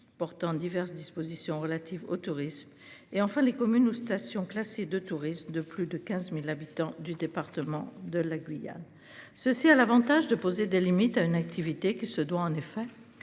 portant diverses dispositions relatives au tourisme et enfin les communes ou stations classées de tourisme de plus de 15.000 habitants du département de la Guyane. Ceci a l'Avantage de poser des limites à une activité qui se doit en effet